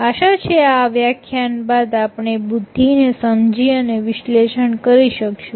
આશા છે આ વ્યાખ્યાન બાદ આપણે બુદ્ધિ ને સમજી અને વિશ્લેષણ કરી શકશું